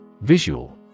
Visual